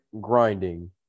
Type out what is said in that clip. grinding